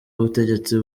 ubutegetsi